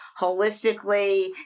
holistically